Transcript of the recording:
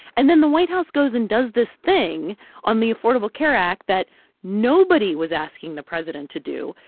and then the white house goes and does this thing on the affordable care act that nobody was asking the president to do,